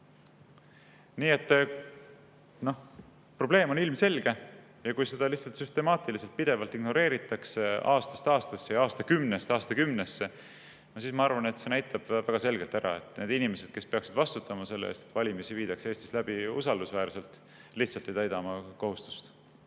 Nii et probleem on ilmselge. Ja kui seda lihtsalt süstemaatiliselt pidevalt ignoreeritakse aastast aastasse ja aastakümnest aastakümnesse, siis ma arvan, et see näitab väga selgelt ära, et need inimesed, kes peaksid vastutama selle eest, et valimisi viidaks Eestis läbi usaldusväärselt, lihtsalt ei täida oma kohustust.